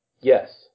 Yes